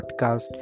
podcast